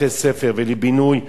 ולבינוי,